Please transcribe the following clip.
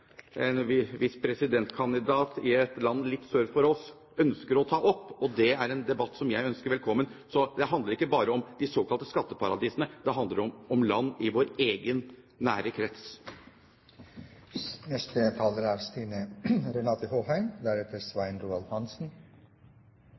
en viss presidentkandidat i et land litt sør for oss ønsker å ta opp. Det er en debatt som jeg ønsker velkommen. Det handler ikke bare om de såkalte skatteparadisene, det handler om land i vår egen nære krets.